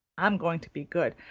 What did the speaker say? i'm going to be good,